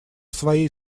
своей